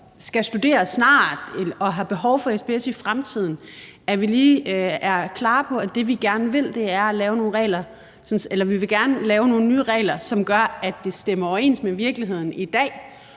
skal studere snart og har behov for SPS i fremtiden, at vi får sort på hvidt, at det, vi er klar på, det, vi gerne vil, er at lave nogle nye regler, som gør, at det stemmer overens med virkeligheden i dag,